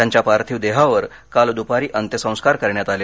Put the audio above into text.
त्यांच्या पार्थिव देहावर काल दुपारी अंत्यसंस्कार करण्यात आले